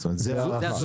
זאת ההערכה.